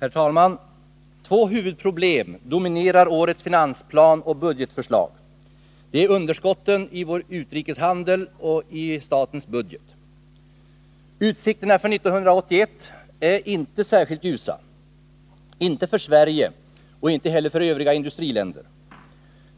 Herr talman! Två huvudproblem dominerar årets finansplan och budgetförslag. Det är underskotten i vår utrikeshandel och i statens budget. Utsikterna för 1981 är inte särskilt ljusa. Inte för Sverige och inte heller för övriga industriländer.